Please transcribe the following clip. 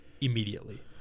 immediately